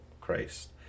Christ